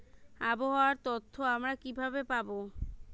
আবহাওয়ার তথ্য আমরা কিভাবে পাব?